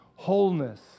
wholeness